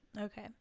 Okay